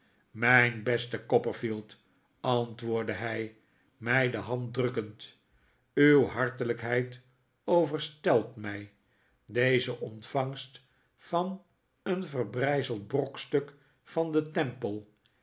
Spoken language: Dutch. mijn beste copperfield antwoordde hij mij de hand drukkend uw hartelijkheid overstelpt mij deze ontvangst van een verbrijzeld brokstuk van den tempel